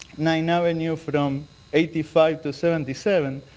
nine avenue from eighty five to seventy seven,